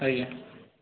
ଆଜ୍ଞା